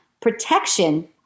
protection